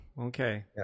okay